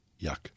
yuck